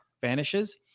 vanishes